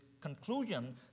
conclusion